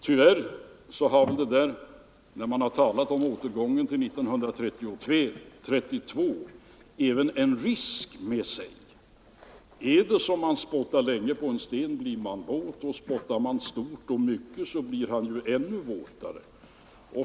Tyvärr har talet om en återgång till 1933 och 1932 även en risk med sig. Spottar man länge på en sten blir den våt, och spottar man stort och mycket blir den ännu våtare.